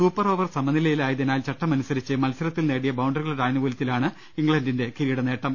super over സമനിലയിലായ തിനാൽ ചട്ടമനുസരിച്ച് മത്സരത്തിൽ നേടിയ ബൌണ്ടറികളുടെ ആനുകൂല്യത്തി ലാണ് ഇംഗ്ലണ്ടിന്റെ കിരീടനേട്ടം